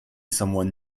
someone